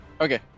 Okay